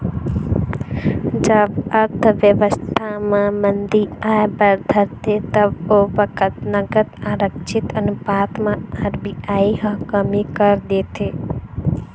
जब अर्थबेवस्था म मंदी आय बर धरथे तब ओ बखत नगद आरक्छित अनुपात म आर.बी.आई ह कमी कर देथे